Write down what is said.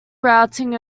routing